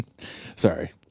Sorry